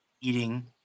Eating